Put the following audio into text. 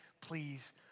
please